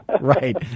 right